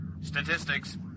Statistics